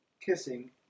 kissing